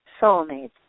soulmates